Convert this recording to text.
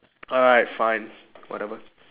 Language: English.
alright fine whatever